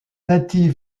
natif